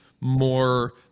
more